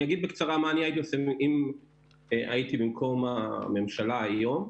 אני אגיד בקצרה מה אני הייתי עושה אם הייתי במקום הממשלה היום.